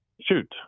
shoot